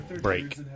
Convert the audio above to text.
break